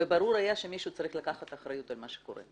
וברור היה שמישהו צריך לקחת אחריות על מה שקורה.